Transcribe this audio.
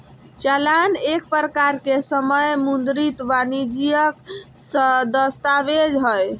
चालान एक प्रकार के समय मुद्रित वाणिजियक दस्तावेज हय